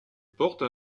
porte